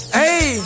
hey